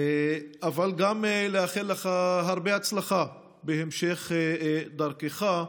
אבל גם לאחל לך הרבה הצלחה בהמשך דרכך.